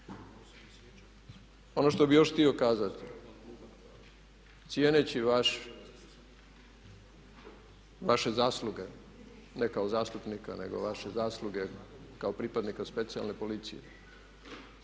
Ono što bih još htio kazati cijeneći vaše zasluge, ne kao zastupnika nego vaše zasluge kao pripadnika Specijalne policije,